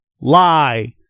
lie